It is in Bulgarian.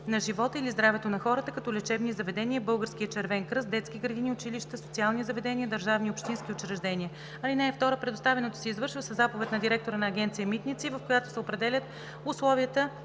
на живота или здравето на хората, на лечебни заведения, Българския червен кръст, детски градини, училища, социални заведения, държавни и общински учреждения. (2) Предоставянето се извършва със заповед на директора на Агенция „Митници“, в която се определят условията,